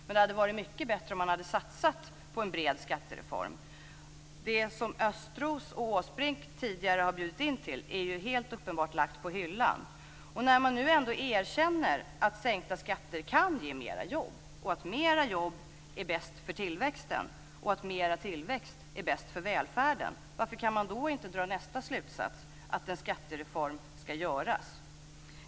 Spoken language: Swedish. Men det hade varit mycket bättre om den hade satsat på en bred skattereform. Det som Östros och Åsbrink tidigare har bjudit in till är helt uppenbart lagt på hyllan. När man nu ändå erkänner att sänkta skatter kan ge fler jobb, att fler jobb är bäst för tillväxten och att mer tillväxt är bäst för välfärden - varför kan man då inte dra nästa slutsats, nämligen att en skattereform ska göras?